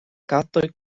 katoj